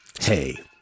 Hey